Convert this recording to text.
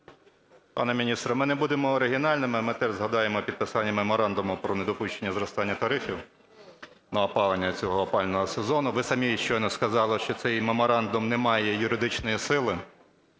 Пане міністре, ми не будемо оригінальними, ми теж згадаємо підписання Меморандуму про недопущення зростання тарифів на опалення цього опалювального сезону. Ви самі щойно сказали, що цей меморандум не має юридичної сили.